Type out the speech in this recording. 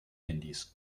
handys